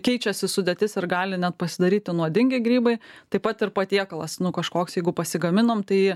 keičiasi sudėtis ir gali net pasidaryti nuodingi grybai taip pat ir patiekalas nu kažkoks jeigu pasigaminom tai